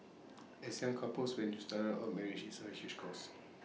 as young couples when you started out marriage is A huge cost